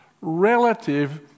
relative